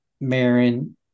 Marin